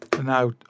Now